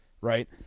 right